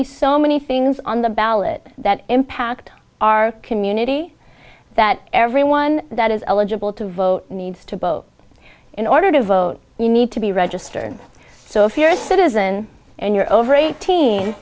be so many things on the ballot that impact our community that everyone that is eligible to vote needs to boat in order to vote you need to be registered so if you're a citizen and you're over eighteen